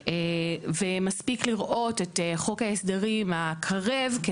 ומספיק לראות את חוק ההסדרים הקרב,